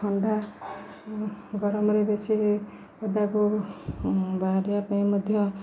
ଥଣ୍ଡା ଗରମରେ ବେଶୀ ପଦାକୁ ବାହାରିବା ପାଇଁ ମଧ୍ୟ